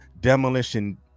demolition